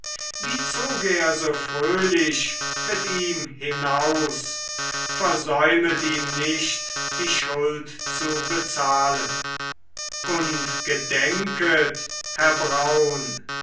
wie zog er so fröhlich mit ihm hinaus versäumet ihm nicht die schuld zu bezahlen und gedenket herr braun